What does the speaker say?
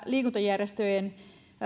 liikuntajärjestöjen